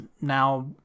now